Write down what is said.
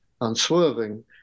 unswerving